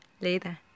Later